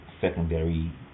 secondary